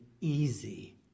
easy